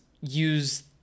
use